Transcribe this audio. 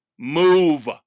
Move